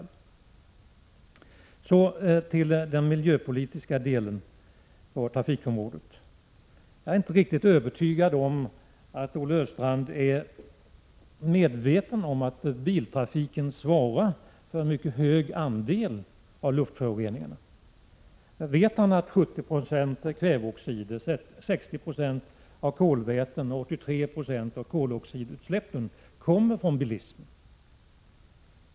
Så till den miljöpolitiska delen av trafikområdet. Jag är inte riktigt övertygad om att Olle Östrand är medveten om att biltrafiken svarar för en mycket hög andel av luftföroreningarna. Vet han att 70 90 av kväveoxidutsläppen, 60 96 av kolväteutsläppen och 83 26 av koloxidutsläppen kommer från bilismen?